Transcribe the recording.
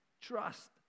trust